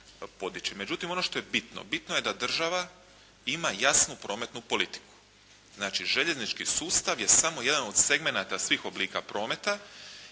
Međutim, ono što je bitno, bitno je da država ima jasnu prometnu politiku. Znači, željeznički sustav je samo jedan od segmenata svih oblika prometa